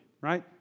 right